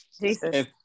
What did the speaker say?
Jesus